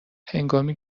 هنگامی